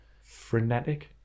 frenetic